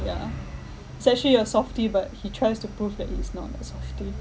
yeah he's actually a softy but he tries to prove that he is not a softy